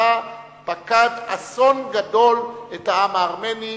שלפיהן פקד אסון גדול את העם הארמני,